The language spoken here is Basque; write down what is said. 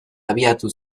abiatu